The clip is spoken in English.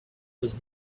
was